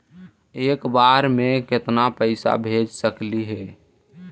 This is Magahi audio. एक बार मे केतना पैसा भेज सकली हे?